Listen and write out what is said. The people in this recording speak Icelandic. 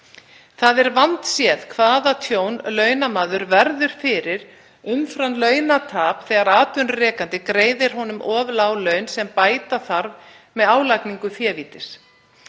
Það er vandséð hvaða tjón launamaður verður fyrir umfram launatap þegar atvinnurekandi greiðir honum of lág laun sem bæta þarf með álagningu févítis.